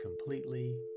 completely